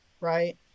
Right